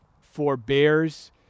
forbears